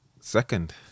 Second